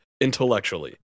intellectually